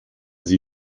sie